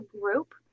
group